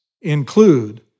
include